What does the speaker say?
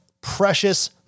precious